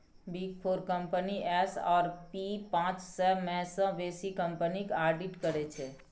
big four company S आओर P पाँच सय मे सँ बेसी कंपनीक आडिट करै छै